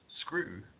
screw